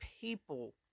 people